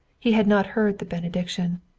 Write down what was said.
he had not heard the benediction.